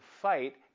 fight